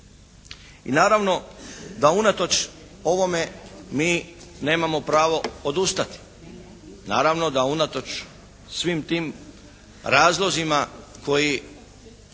I naravno da unatoč ovome mi nemamo pravo odustati. Naravno da unatoč svim tim razlozima koji